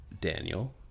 daniel